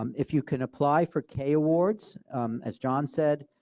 um if you can apply for k awards as jon said,